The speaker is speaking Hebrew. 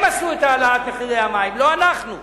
הם עשו את העלאת מחירי המים, לא אנחנו.